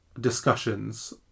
discussions